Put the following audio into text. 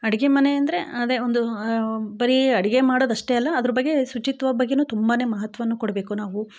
ಅಡುಗೆ ಮನೆ ಅಂದರೆ ಅದೇ ಒಂದು ಬರೀ ಅಡುಗೆ ಮಾಡೋದು ಅಷ್ಟೇ ಅಲ್ಲ ಅದ್ರ ಬಗ್ಗೆ ಶುಚಿತ್ವ ಬಗ್ಗೆಯೂ ತುಂಬನೇ ಮಹತ್ವನು ಕೊಡಬೇಕು ನಾವು